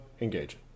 engage